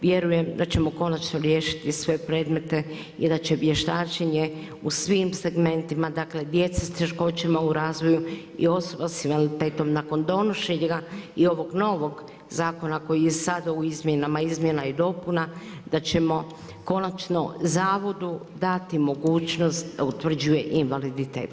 Vjerujem da ćemo konačno riješiti sve predmete i da će vještačenje u svim segmentima, dakle, djeci s teškoćama u razvoju i osoba s invaliditetom nakon donošenja i ovog novog zakona koji je sad au izmjenama, izmjena i dopuna da ćemo konačno zavodu dati mogućnost da utvrđuje invaliditet.